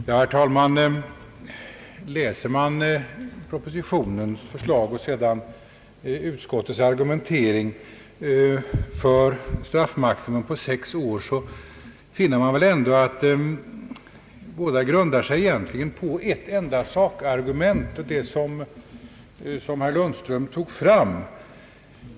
Herr talman! Läser man propositionens förslag och sedan utskottets argumentering för ett straffmaximum på sex år, finner man väl ändå att båda egentligen grundar sig på ett enda sakargument, det som herr Lundström framförde.